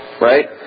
right